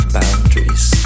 boundaries